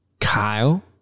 Kyle